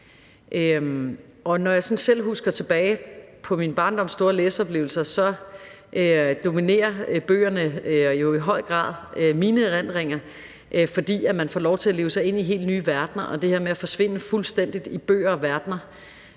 Når jeg sådan selv husker tilbage på min barndoms store læseoplevelser, dominerer bøgerne jo i høj grad mine erindringer, fordi de giver en lov til at leve sig ind i helt nye verdener, og det her med at forsvinde fuldstændig i bøger og verdener